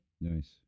Nice